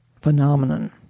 phenomenon